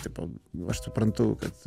tipo aš suprantu kad